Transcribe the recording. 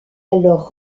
alors